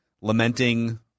lamenting